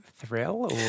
thrill